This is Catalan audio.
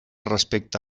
respecte